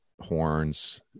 horns